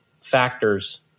factors